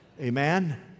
Amen